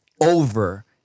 over